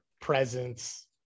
presence